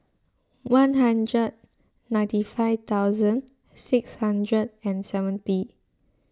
one hundred ninety five thousand six hundred and seventy